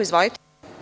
Izvolite.